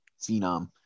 phenom